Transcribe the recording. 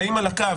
חיים על הקו,